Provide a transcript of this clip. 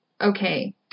okay